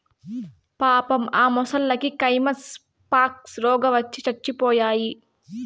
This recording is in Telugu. పాపం ఆ మొసల్లకి కైమస్ పాక్స్ రోగవచ్చి సచ్చిపోయాయి